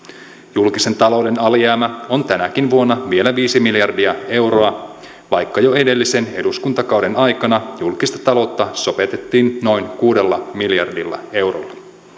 julkisen talouden alijäämä on tänäkin vuonna vielä viisi miljardia euroa vaikka jo edellisen eduskuntakauden aikana julkista taloutta sopeutettiin noin kuudella miljardilla eurolla